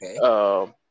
Okay